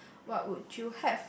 what would you have